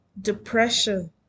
Depression